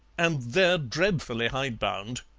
and they're dreadfully hidebound.